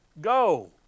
Go